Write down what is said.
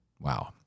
Wow